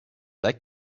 like